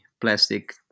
plastic